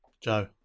Joe